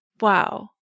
wow